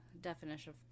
definition